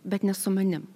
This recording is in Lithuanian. bet ne su manim